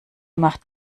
macht